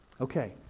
Okay